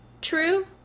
true